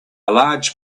large